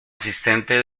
asistente